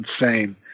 insane